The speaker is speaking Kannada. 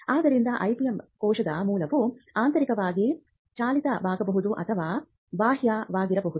ಆದ್ದರಿಂದ IPM ಕೋಶದ ಮೂಲವು ಆಂತರಿಕವಾಗಿ ಚಾಲಿತವಾಗಬಹುದು ಅಥವಾ ಬಾಹ್ಯವಾಗಿರಬಹುದು